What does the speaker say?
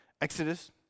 Exodus